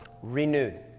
Renewed